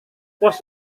pos